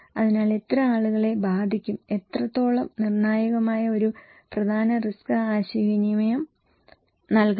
അതിനാൽ എത്ര ആളുകളെ ബാധിക്കും എത്രത്തോളം നിർണായകമായ ഒരു പ്രധാന റിസ്ക് ആശയവിനിമയം നൽകണം